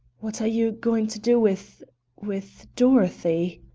what are you going to do with with dorothy?